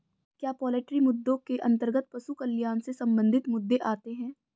क्या पोल्ट्री मुद्दों के अंतर्गत पशु कल्याण से संबंधित मुद्दे आते हैं?